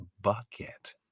bucket